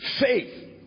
faith